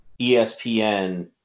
ESPN